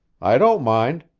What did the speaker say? i don't mind.